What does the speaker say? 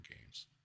games